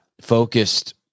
focused